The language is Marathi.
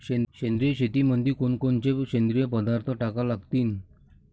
सेंद्रिय शेतीमंदी कोनकोनचे सेंद्रिय पदार्थ टाका लागतीन?